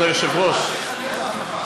כבוד היושב-ראש,